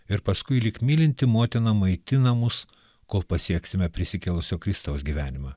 ir paskui lyg mylinti motina maitina mus kol pasieksime prisikėlusio kristaus gyvenimą